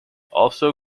also